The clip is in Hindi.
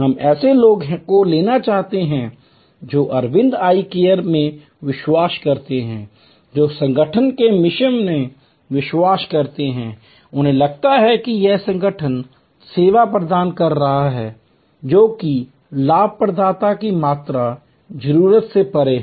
हम ऐसे लोगों को लेना चाहते हैं जो अरविंद आई केयर में विश्वास करते हैं जो संगठन के मिशन में विश्वास करते हैं जिन्हें लगता है कि यह संगठन सेवा प्रदान कर रहा है जो कि लाभप्रदता की मात्र जरूरत से परे है